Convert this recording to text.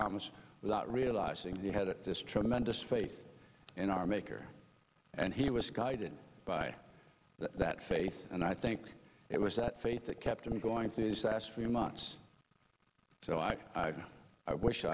thomas without realizing the had a tremendous faith in our maker and he was guided by that faith and i think it was that faith that kept him going through these last few months so i know i wish